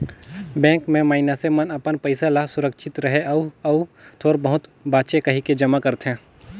bank में मइनसे मन अपन पइसा ल सुरक्छित रहें अउ अउ थोर बहुत बांचे कहिके जमा करथे